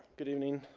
good evening.